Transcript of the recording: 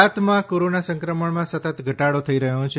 ગુજરાતમાં કોરોના સંક્રમણમાં સતત ઘટાડો થઈ રહ્યો છે